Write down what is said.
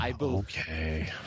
Okay